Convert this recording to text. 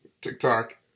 TikTok